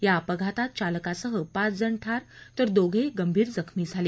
या अपघातात चालकासह पाच जण ठार तर दोघे गंभीर जखमी झाले